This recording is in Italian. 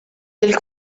del